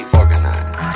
organized